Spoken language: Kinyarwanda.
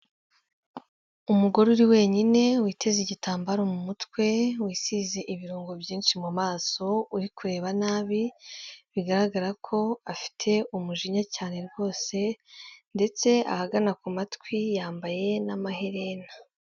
Umugore uri wenyine witeze igitambaro mu mutwe, wisize ibirungo byinshi mu maso uri kureba nabi, bigaragara ko afite umujinya cyane rwose ndetse ahagana ku matwi yambaye n'amaherena.